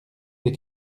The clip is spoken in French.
des